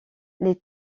les